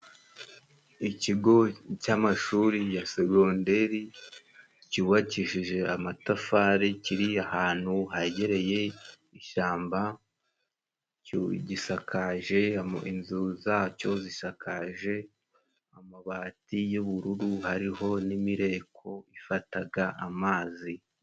Ikigo cy'amashuri ya segonderi cyubakishije amatafari kiri ahantu hegereye ishyamba, gisakaje, inzu za cyo zisakaje amabati y'ubururu, hariho n'imireko ifataga amazi.